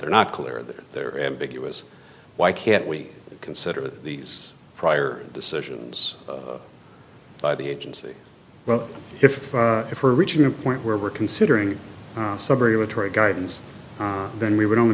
they're not clear that they're ambiguous why can't we consider these prior decisions by the agency well if if we're reaching a point where we're considering guidance then we would only